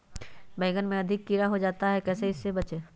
बैंगन में अधिक कीड़ा हो जाता हैं इससे कैसे बचे?